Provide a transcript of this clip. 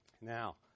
Now